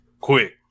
quick